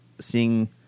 seeing